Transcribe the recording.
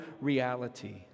reality